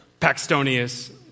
Paxtonius